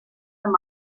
amb